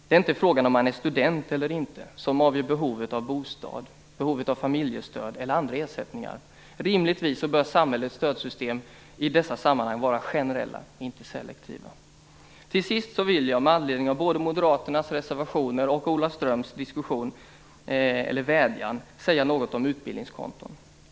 Det är inte frågan om man är student eller inte som avgör behovet av bostad, familjestöd eller andra ersättningar. Rimligtvis bör samhällets stödsystem i dessa sammanhang vara generella, inte selektiva. Till sist vill jag, med anledning av både Moderaternas reservationer och Ola Ströms vädjan, säga något om utbildningskonton.